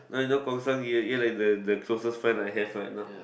no you know Guang-Xiang you you are like the the closest friend I have right now